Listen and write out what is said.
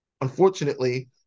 Unfortunately